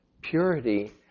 purity